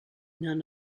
none